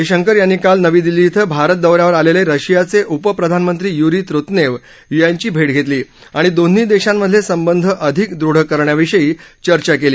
परराष्ट्रमंत्री एस जयशंकर यांनी काल नवी दिल्ली इथं भारत दौऱ्यावर आलेले रशियाचे उप प्रधानमंत्री यूरी त्रुतनेव यांची भेट घेतली आणि दोन्ही देशांमधले संबंध अधिक दृढ करण्याविषयी चर्चा केली